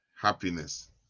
happiness